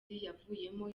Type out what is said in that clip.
yavuyemo